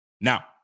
Now